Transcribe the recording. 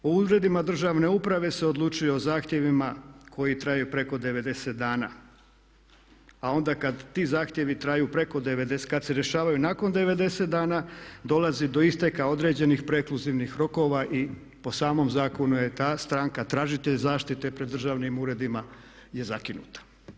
U uredima državne uprave se odlučuje o zahtjevima koji traju preko 90 dana a onda kada ti zahtjevi traju preko 90, kada se rješavaju nakon 90 dana dolazi do isteka određeni prekluzivnih rokova i po samo zakonu je ta stranka tražitelj zaštite pred državnim uredima je zakinuta.